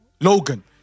Logan